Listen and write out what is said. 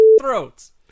throats